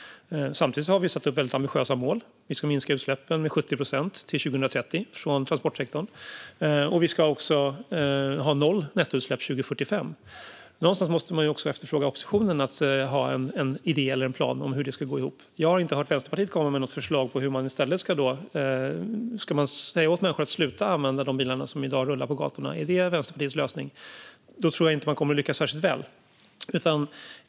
Samtidigt har vi satt upp väldigt ambitiösa mål. Vi ska minska utsläppen från transportsektorn med 70 procent till 2030. Vi ska också ha noll nettoutsläpp år 2045. Någonstans måste också oppositionen ha en idé eller en plan för hur det ska gå ihop. Jag har inte hört Vänsterpartiet komma med något förslag om hur man ska göra. Ska man säga åt människor att sluta använda de bilar som i dag rullar på gatorna - är det Vänsterpartiets lösning? Då tror jag inte att man kommer att lyckas särskilt väl.